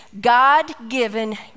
God-Given